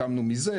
הקמנו מזה,